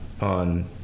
on